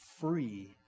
free